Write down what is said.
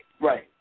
Right